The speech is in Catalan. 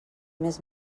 més